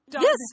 Yes